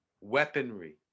weaponry